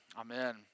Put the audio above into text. Amen